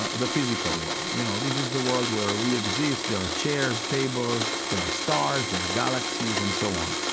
ah the physical world. you know, this is the world where we exist. there are chairs, tables, there are stars, there are galaxies, and so on.